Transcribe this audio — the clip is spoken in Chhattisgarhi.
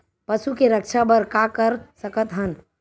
पशु के रक्षा बर का कर सकत हन?